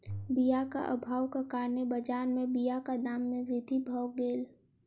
बीयाक अभावक कारणेँ बजार में बीयाक दाम में वृद्धि भअ गेल